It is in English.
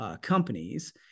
companies